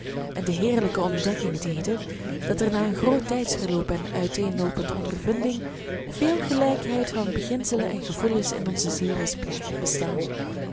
en de heerlijke ontdekking deden dat er na een groot tijdsverloop en uiteenloopende ondervinding veel gelijkheid van beginselen en gevoelens in onze ziel was blijven bestaan